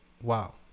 Wow